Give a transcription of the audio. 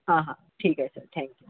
हां हां ठीक आहे सर थँक्यू